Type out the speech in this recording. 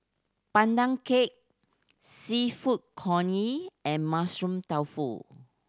Pandan Cake Seafood Congee and Mushroom Tofu